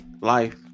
life